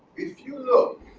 if you look